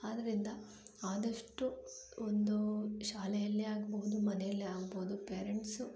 ಆದ್ದರಿಂದ ಆದಷ್ಟು ಒಂದು ಶಾಲೆಯಲ್ಲೇ ಆಗ್ಬಹುದು ಮನೆಯಲ್ಲೇ ಆಗ್ಬಹುದು ಪೇರೆಂಟ್ಸು